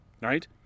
right